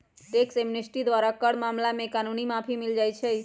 tax amnesty द्वारा कर मामला में कानूनी माफी मिल जाइ छै